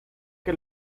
que